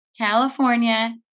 California